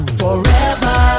forever